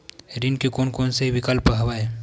ऋण के कोन कोन से विकल्प हवय?